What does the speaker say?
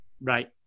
Right